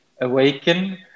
awaken